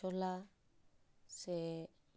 ᱪᱷᱚᱞᱟ ᱥᱮ